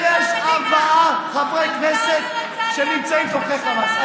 זאת פעם ראשונה שיש ארבעה חברי כנסת תומכי חמאס.